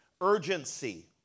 Urgency